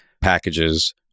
packages